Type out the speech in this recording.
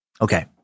Okay